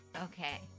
okay